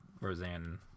Roseanne